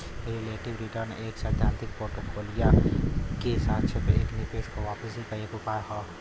relative return एक सैद्धांतिक portfolio क सापेक्ष एक निवेश क वापसी क एक उपाय हौ